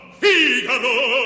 figaro